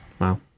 Wow